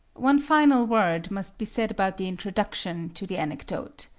one final word must be said about the introduction to the anecdote.